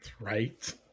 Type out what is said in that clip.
Right